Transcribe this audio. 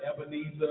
Ebenezer